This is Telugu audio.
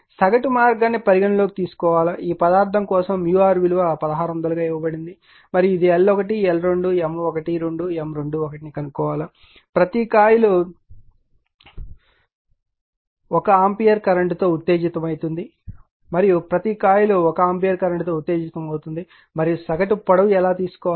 సగటు మార్గాన్ని పరిగణనలోకి తీసుకోవాలి ఈ పదార్థం కోసం µr విలువ 1600 ఇవ్వబడింది మరియు ఇది L1 L2 M12 M21 ను కనుగొనాలి ప్రతి కాయిల్ 1 ఆంపియర్ కరెంట్తో ఉత్తేజితమవుతుంది మరియు ప్రతి కాయిల్ 1 ఆంపియర్ కరెంట్తో ఉత్తేజితమవుతుంది మరియు సగటు పొడవు ఎలా తీసుకోవాలి